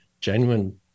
genuine